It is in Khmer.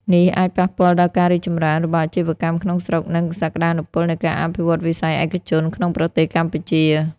នេះអាចប៉ះពាល់ដល់ការរីកចម្រើនរបស់អាជីវកម្មក្នុងស្រុក និងសក្តានុពលនៃការអភិវឌ្ឍន៍វិស័យឯកជនក្នុងប្រទេសកម្ពុជា។